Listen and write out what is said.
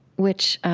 which,